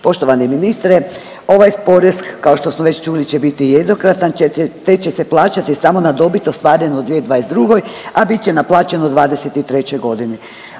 Poštovani ministre. Ovaj porez, kao što smo već čuli će biti jednokratan te će se plaćati samo na dobit ostvarenu u 2022., a bit će naplaćeno u '23. g.